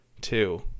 Two